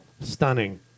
stunning